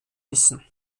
müssen